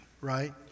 right